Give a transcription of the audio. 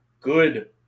good